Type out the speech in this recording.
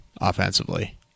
offensively